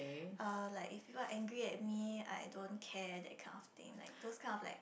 uh like if people are angry at me I don't care that kind of thing like those kind of like